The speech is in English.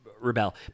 rebel